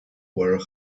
were